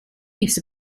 use